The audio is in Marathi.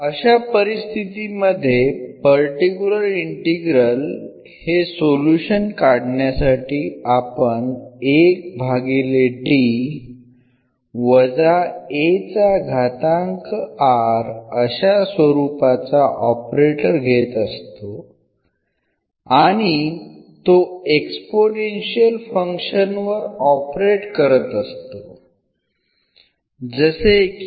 अशा परिस्थितीमध्ये पर्टिक्युलर इंटीग्रल हे सोल्युशन काढण्यासाठी आपण 1 भागिले D वजा a चा घातांक r अशा स्वरूपाचा ऑपरेटर घेत असतो आणि तो एक्सपोनेन्शियल फंक्शन वर ऑपरेट करत असतो जसे की